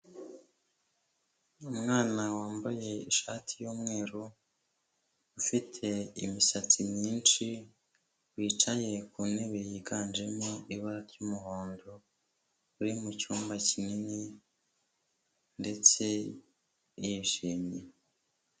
Umwana wambaye ishati y'umweru, ufite imisatsi myinshi, wicaye ku ntebe yiganjemo ibara ry'umuhondo, uri mu cyumba kinini ndetse yishimye.